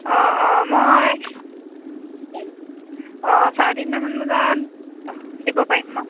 অঁ অঁ মই অঁ চাৰে তিনিটামান বজাত দিব পাৰিম মই